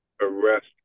arrest